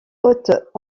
haute